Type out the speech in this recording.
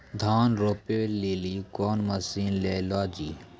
धान रोपे लिली कौन मसीन ले लो जी?